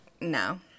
no